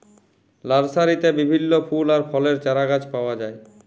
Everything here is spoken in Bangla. লার্সারিতে বিভিল্য ফুল আর ফলের চারাগাছ পাওয়া যায়